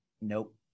nope